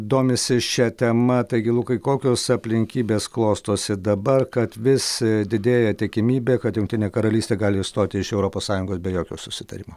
domisi šia tema taigi lukai kokios aplinkybės klostosi dabar kad vis didėja tikimybė kad jungtinė karalystė gali išstoti iš europos sąjungos be jokio susitarimo